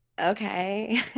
okay